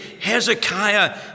Hezekiah